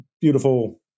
beautiful